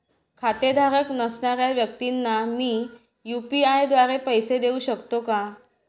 खातेधारक नसणाऱ्या व्यक्तींना मी यू.पी.आय द्वारे पैसे देऊ शकतो का?